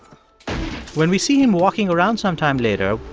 when we see him walking around some time later.